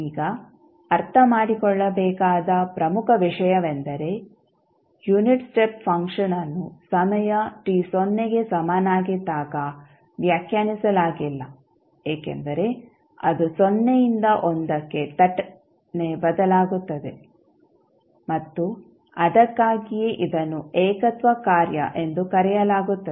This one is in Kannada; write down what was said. ಈಗ ಅರ್ಥಮಾಡಿಕೊಳ್ಳಬೇಕಾದ ಪ್ರಮುಖ ವಿಷಯವೆಂದರೆ ಯುನಿಟ್ ಸ್ಟೆಪ್ ಫಂಕ್ಷನ್ ಅನ್ನುಸಮಯ t ಸೊನ್ನೆಗೆ ಸಮನಾಗಿದ್ದಾಗ ವ್ಯಾಖ್ಯಾನಿಸಲಾಗಿಲ್ಲ ಏಕೆಂದರೆ ಅದು ಸೊನ್ನೆಯಿಂದ 1 ಕ್ಕೆ ಥಟ್ಟನೆ ಬದಲಾಗುತ್ತದೆ ಮತ್ತು ಅದಕ್ಕಾಗಿಯೇ ಇದನ್ನು ಏಕತ್ವ ಕಾರ್ಯ ಎಂದು ಕರೆಯಲಾಗುತ್ತದೆ